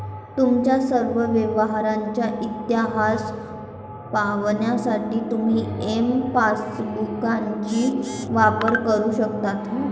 तुमच्या सर्व व्यवहारांचा इतिहास पाहण्यासाठी तुम्ही एम पासबुकचाही वापर करू शकता